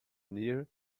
near